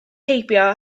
heibio